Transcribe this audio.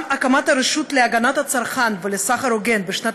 גם הקמת הרשות להגנת הצרכן ולסחר הוגן בשנת